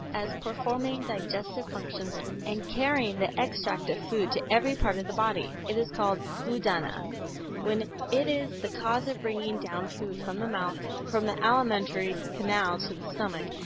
as performing digestive functions and carrying the extract of food to every part of the body. it is called udana when it is the cause of bringing down food from the mouth through the alimentary canal to the stomach,